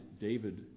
David